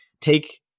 take